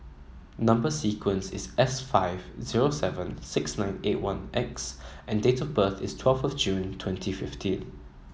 number sequence is S five zero seven six nine eight one X and date of birth is twelve June twenty fifteen